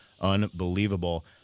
unbelievable